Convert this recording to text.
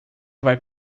vai